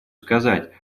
сказать